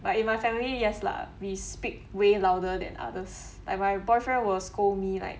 but in my family yes lah we speak way louder than others like my boyfriend will scold me like